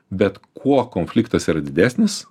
bet kuo konfliktas yra didesnis